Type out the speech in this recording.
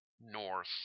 north